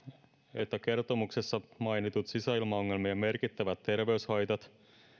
että kertomuksessa mainitut sisäilmaongelmien merkittävät terveyshaitat